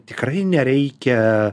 tikrai nereikia